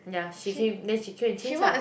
yeah she came then she came change ah